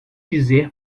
dizer